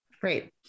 Great